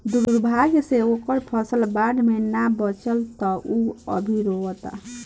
दुर्भाग्य से ओकर फसल बाढ़ में ना बाचल ह त उ अभी रोओता